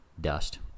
dust